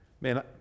man